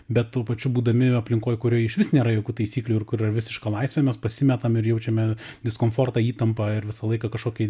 bet tuo pačiu būdami aplinkoj kurioj išvis nėra jokių taisyklių ir kur yra visiška laisvė mes pasimetam ir jaučiame diskomfortą įtampą ir visą laiką kažkokį